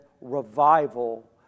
revival